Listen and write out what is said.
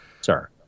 Sir